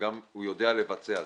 והוא גם יודע לבצע.